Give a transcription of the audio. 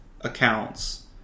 accounts